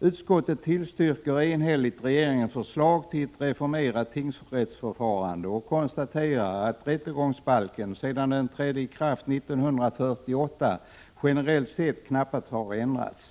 Utskottet tillstyrker enhälligt regeringens förslag till ett reformerat tingsrättsförfarande och konstaterar att rättegångsbalken, sedan den trädde i kraft 1948, generellt sett knappast har ändrats.